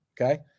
Okay